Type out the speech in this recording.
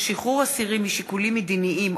מועד יום העצמאות),